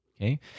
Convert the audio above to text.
okay